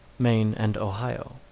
maine and ohio.